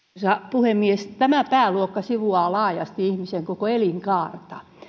puhemies tämä pääluokka sivuaa laajasti ihmisen koko elinkaarta